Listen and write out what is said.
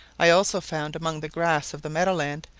i also found, among the grass of the meadow-land,